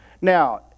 Now